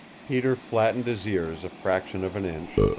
peter flattened his ears a fraction of an inch,